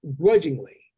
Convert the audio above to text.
grudgingly